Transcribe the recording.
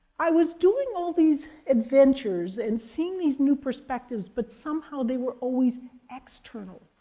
i was doing all these adventures and seeing these new perspectives, but somehow they were always external.